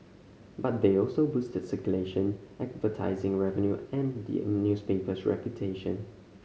but they also boosted circulation advertising revenue and the newspaper's reputation